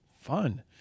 Fun